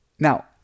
Now